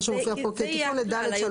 מה שמופיע פה, תיקון ל-ד3(ב).